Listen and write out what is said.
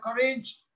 courage